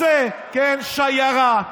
רוצה שיירה,